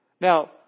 Now